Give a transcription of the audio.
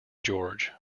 george